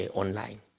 online